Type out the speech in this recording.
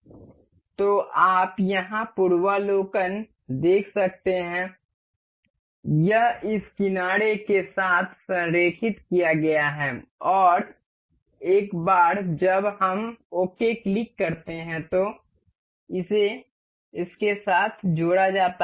तो आप यहाँ पूर्वावलोकन देख सकते हैं यह इस किनारे के साथ संरेखित किया गया है और एक बार जब हम ओके क्लिक करते हैं तो इसे इसके साथ जोड़ा जाता है